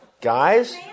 Guys